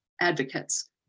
advocates